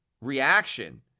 reaction